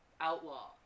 Outlaw